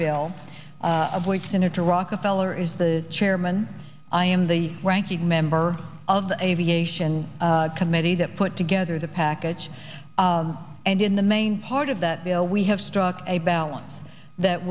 bill avoid senator rockefeller is the chairman i am the ranking member of the aviation committee that put together the package and in the main part of that deal we have struck a balance that